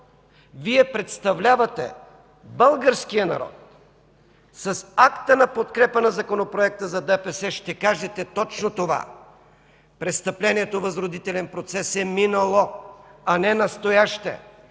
Вие представлявате българския народ, с акта на подкрепа на Законопроекта за ДПС ще кажете точно това: престъплението възродителен процес е минало, а не настояще